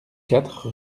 quatre